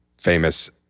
famous